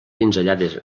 pinzellades